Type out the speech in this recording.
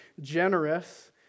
generous